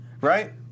right